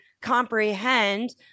comprehend